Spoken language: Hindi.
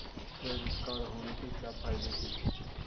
क्रेडिट कार्ड होने के क्या फायदे हैं?